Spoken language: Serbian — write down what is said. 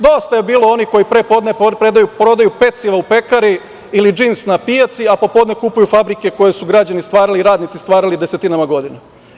Dosta je bilo onih koji pre podne prodaju peciva u pekari ili džins na pijaci, a popodne kupuju fabrike koje su građani i radnici stvarali desetinama godina.